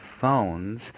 phones